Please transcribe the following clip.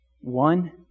One